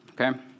Okay